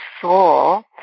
soul